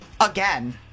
again